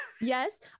Yes